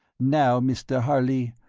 now, mr. harley,